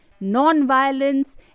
non-violence